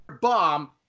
bomb